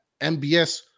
MBS